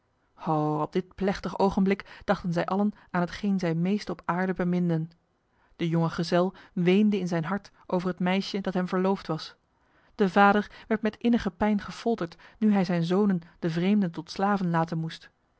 ho op dit plechtig ogenblik dachten zij allen aan hetgeen zij meest op aarde beminden de jonge gezel weende in zijn hart over het meisje dat hem verloofd was de vader werd met innige pijn gefolterd nu hij zijn zonen de vreemden tot slaven laten moest